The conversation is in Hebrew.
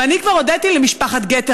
ואני כבר הודיתי היום למשפחת גטר,